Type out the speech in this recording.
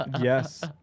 Yes